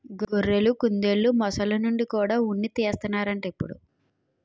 గొర్రెలు, కుందెలు, మొసల్ల నుండి కూడా ఉన్ని తీస్తన్నారట ఇప్పుడు